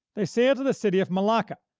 they sailed to the city of malacca,